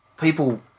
people